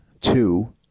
two